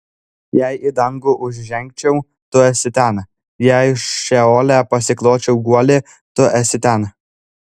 jei į dangų užžengčiau tu esi ten jei šeole pasikločiau guolį tu esi ten